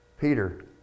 Peter